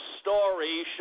story